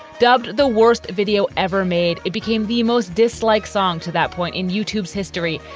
dubbed the worst video ever made, it became the most disliked song to that point in youtube's history,